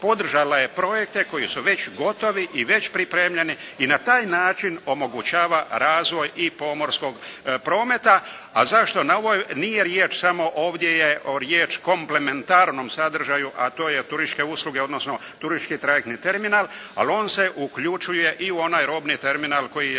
podržala je projekte koji su već gotovi i već pripremljeni i na taj način omogućava razvoj i pomorskog prometa. A zašto, ovdje nije riječ samo, ovdje je riječ o komplementarnom sadržaju, a to je turističke usluge, odnosno turistički trajektni terminal, ali on se uključuje i u onaj robni terminal koji